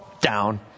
down